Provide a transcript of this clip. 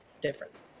difference